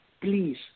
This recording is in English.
please